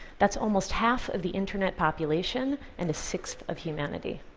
that's almost half of the internet population, and a sixth of humanity.